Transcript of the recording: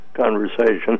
conversation